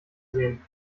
sehen